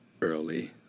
early